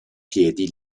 piedi